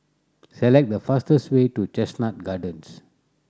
select the fastest way to Chestnut Gardens